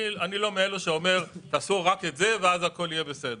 אני לא מאלו שאומרים תעשו רק את זה ואז הכול יהיה בסדר.